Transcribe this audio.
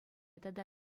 тата